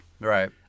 Right